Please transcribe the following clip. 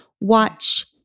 watch